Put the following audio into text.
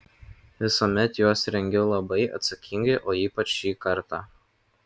visuomet juos rengiu labai atsakingai o ypač šį kartą